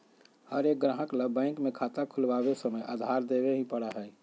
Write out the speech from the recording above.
हर एक ग्राहक ला बैंक में खाता खुलवावे समय आधार देवे ही पड़ा हई